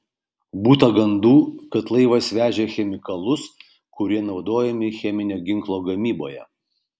būta gandų kad laivas vežė chemikalus kurie naudojami cheminio ginklo gamyboje